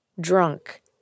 drunk